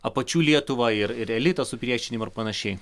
apačių lietuvą ir ir elito supriešinimą ir panašiai